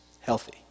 healthy